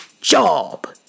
job